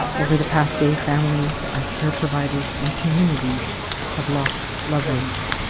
over the past day, families, our care providers and communities have lost loved ones.